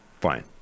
Fine